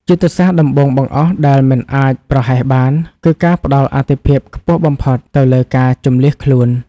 យុទ្ធសាស្ត្រដំបូងបង្អស់ដែលមិនអាចប្រហែសបាន គឺការផ្ដល់អាទិភាពខ្ពស់បំផុតទៅលើការជម្លៀសខ្លួន។